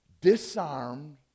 disarmed